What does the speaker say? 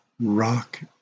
rock